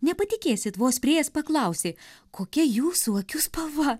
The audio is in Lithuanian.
nepatikėsit vos priėjęs paklausė kokia jūsų akių spalva